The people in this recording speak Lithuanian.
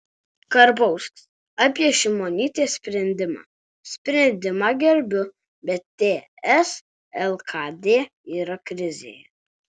karbauskis apie šimonytės sprendimą sprendimą gerbiu bet ts lkd yra krizėje